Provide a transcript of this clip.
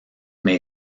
may